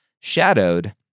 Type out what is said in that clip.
shadowed